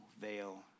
veil